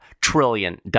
trillion